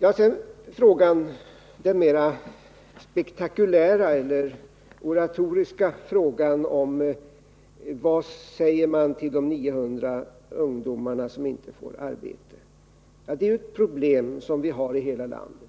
Så till Arne Nygrens mera spektakulära, oratoriska fråga: Vad säger man till de 900 ungdomarna som inte får arbete? Detta är ju ett problem som vi har över hela landet.